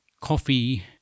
Coffee